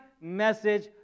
Message